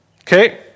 Okay